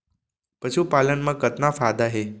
पशुपालन मा कतना फायदा हे?